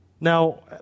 Now